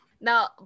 Now